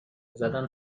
زدن